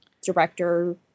director